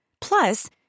Plus